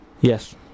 yes